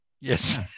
Yes